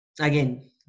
again